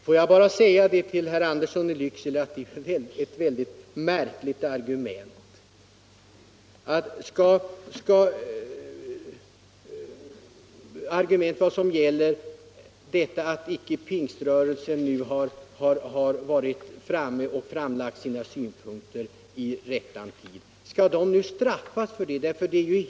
Får jag bara säga till herr Andersson i Lycksele att jag tycker att det är ett mycket märkligt argument att pingströrelsen nu skall straffas för att man inte framlagt sina synpunkter i rättan tid.